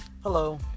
hello